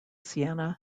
siena